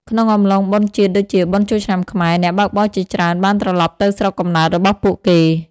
ក្នុងអំឡុងបុណ្យជាតិដូចជាបុណ្យចូលឆ្នាំខ្មែរ អ្នកបើកបរជាច្រើនបានត្រឡប់ទៅស្រុកកំណើតរបស់ពួកគេ។